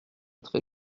très